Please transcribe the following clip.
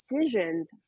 decisions